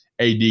AD